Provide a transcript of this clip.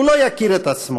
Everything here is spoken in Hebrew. הוא לא יכיר את עצמו.